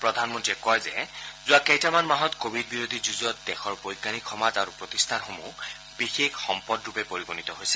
প্ৰধানমন্ত্ৰীয়ে কয় যে যোৱা কেইটামান মাহত কোৱিড বিৰোধী যুজত দেশৰ বৈজ্ঞানিক সমাজ আৰু প্ৰতিস্থান বিশেষ সম্পদৰূপে পৰিগণিত হৈছে